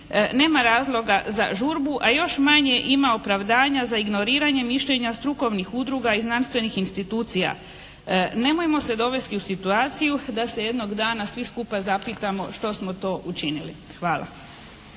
Nema razloga za žurbu, a još manje ima opravdanja za ignoriranje mišljenja strukovnih udruga i znanstvenih institucija. Nemojmo se dovesti u situaciju da se jednog dana svi skupa zapitamo što smo to učinili. Hvala.